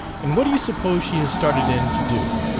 and what do you suppose she has started in to do?